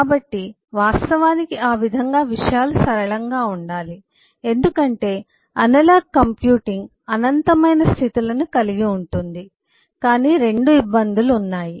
కాబట్టి వాస్తవానికి ఆ విధంగా విషయాలు సరళంగా ఉండాలి ఎందుకంటే అనలాగ్ కంప్యూటింగ్ అనంతమైన స్థితులను కలిగి ఉంటుంది కాని రెండు ఇబ్బందులు ఉన్నాయి